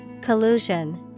Collusion